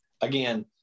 again